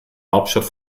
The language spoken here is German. hauptstadt